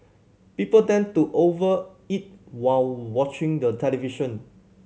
people tend to over eat while watching the television